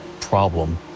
problem